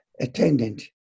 attendant